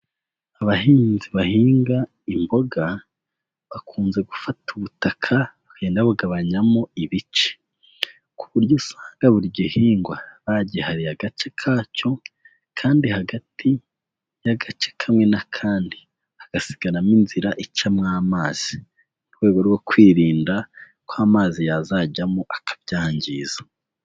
Abahinzi bahinga imboga bakunze gufata ubutaka bakagenda babugabanyamo ibice; ku buryo usanga buri gihingwa bagihariye agace kacyo, kandi hagati y'agace kamwe n'akandi hagasigaramo inzira icamo amazi, mu rwego rwo kwirinda ko amazi yazajyamo akabyangiza.